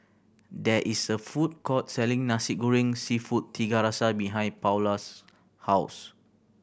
there is a food court selling Nasi Goreng Seafood Tiga Rasa behind Paola's house